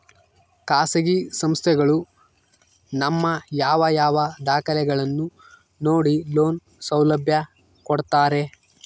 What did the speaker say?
ಖಾಸಗಿ ಸಂಸ್ಥೆಗಳು ನಮ್ಮ ಯಾವ ಯಾವ ದಾಖಲೆಗಳನ್ನು ನೋಡಿ ಲೋನ್ ಸೌಲಭ್ಯ ಕೊಡ್ತಾರೆ?